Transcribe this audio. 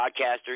podcaster